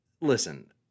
listen